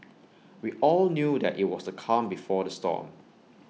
we all knew that IT was the calm before the storm